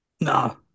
no